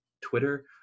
Twitter